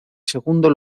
segundo